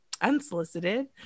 unsolicited